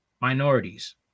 minorities